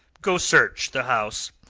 go search the house,